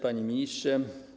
Panie Ministrze!